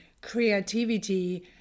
creativity